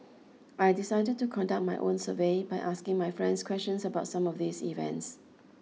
I decided to conduct my own survey by asking my friends questions about some of these events